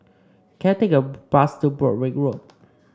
can I take a bus to Broadrick Road